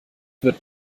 wird